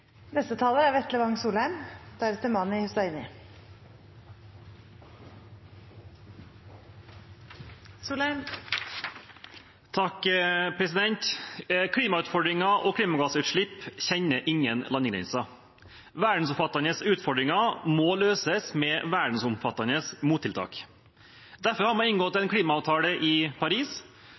og klimagassutslipp kjenner ingen landegrenser. Verdensomfattende utfordringer må løses med verdensomfattende mottiltak. Derfor har man inngått en klimaavtale i Paris,